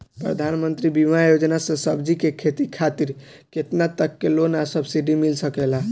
प्रधानमंत्री फसल बीमा योजना से सब्जी के खेती खातिर केतना तक के लोन आ सब्सिडी मिल सकेला?